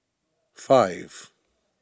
five